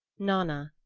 nanna,